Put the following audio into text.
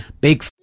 Big